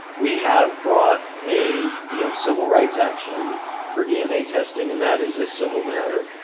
we have brought a you know civil rights action for dna testing and that is a civil matter.